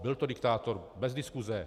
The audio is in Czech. Byl to diktátor, bez diskuse.